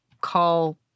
call